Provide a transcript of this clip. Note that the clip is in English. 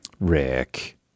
Rick